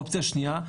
אופציה שנייה,